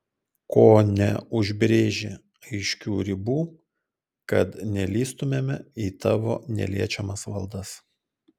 ko neužbrėži aiškių ribų kad nelįstumėme į tavo neliečiamas valdas